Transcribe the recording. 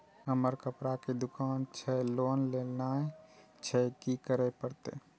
हमर कपड़ा के दुकान छे लोन लेनाय छै की करे परतै?